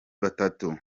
batatu